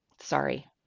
sorry